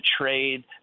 trade